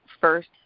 first